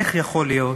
איך יכול להיות